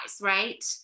right